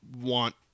want